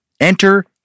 Enter